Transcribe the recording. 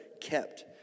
kept